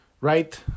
Right